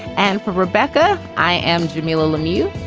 and for rebecca, i am jamilah lemieux.